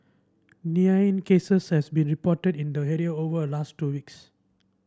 cases has been reported in the area over a last two weeks